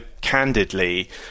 candidly